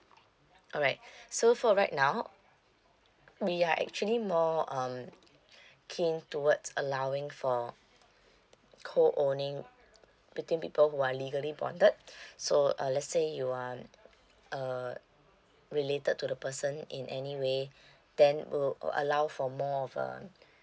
alright so for right now we are actually more um keen towards allowing for co owning between people who are legally bonded so uh let's say you are uh related to the person in any way then will allow for more of um